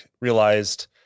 Realized